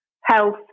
health